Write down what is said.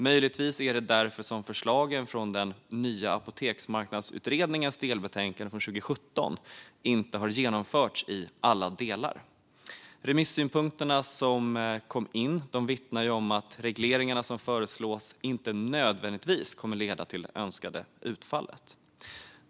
Möjligtvis är det därför förslagen från Nya apoteksmarknadsutredningens delbetänkande från 2017 inte har genomförts i alla delar. De remissynpunkter som kom in vittnar om att regleringar som föreslås inte nödvändigtvis kommer att leda till önskat utfall.